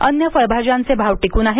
अन्य फळभाज्यांचे भाव टिक्न आहेत